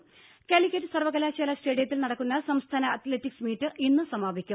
ദേദ കാലിക്കറ്റ് സർവ്വകലാശാല സ്റ്റേഡിയത്തിൽ നടക്കുന്ന സംസ്ഥാന അത് ലറ്റിക്സ് മീറ്റ് ഇന്ന് സമാപിക്കും